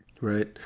Right